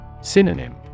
Synonym